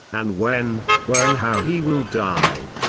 and when, where and how he will die.